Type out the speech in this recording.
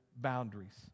boundaries